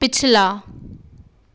पिछला